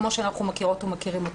כפי שאנחנו מכירות ומכירים אותו.